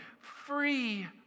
free